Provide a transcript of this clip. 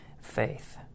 faith